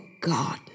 God